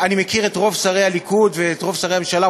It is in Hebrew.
אני מכיר את רוב שרי הליכוד ואת רוב שרי הממשלה,